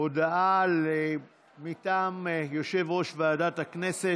הודעה מטעם יושב-ראש ועדת הכנסת.